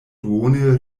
duone